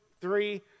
three